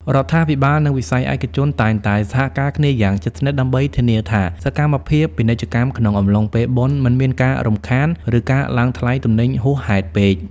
រដ្ឋាភិបាល និងវិស័យឯកជនតែងតែសហការគ្នាយ៉ាងជិតស្និទ្ធដើម្បីធានាថា សកម្មភាពពាណិជ្ជកម្មក្នុងអំឡុងពេលបុណ្យមិនមានការរំខាន ឬការឡើងថ្លៃទំនិញហួសហេតុពេក។